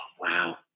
wow